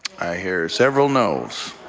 i hear several noes.